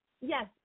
yes